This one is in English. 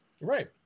right